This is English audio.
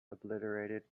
obliterated